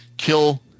kill